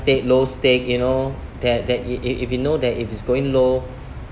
stake low stake you know that that it it if you know that if it's going low